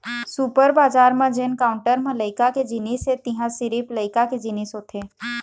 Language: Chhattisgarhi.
सुपर बजार म जेन काउंटर म लइका के जिनिस हे तिंहा सिरिफ लइका के जिनिस होथे